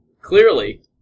Clearly